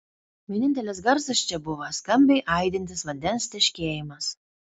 vienintelis garsas čia buvo skambiai aidintis vandens teškėjimas